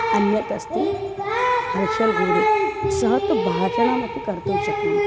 अन्यत् अस्ति हर्षलगोढे सः तु भाषणमपि कर्तुं शक्नुमः